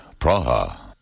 Praha